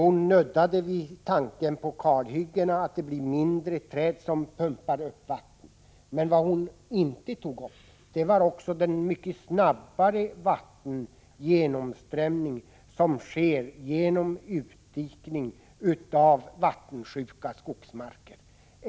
Hon snuddade vid kalhyggena — att det blir färre träd som pumpar upp vatten. Men hon tog inte upp den mycket snabbare vattengenomströmning som sker genom utdikningen av vattensjuka skogsmarker.